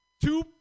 two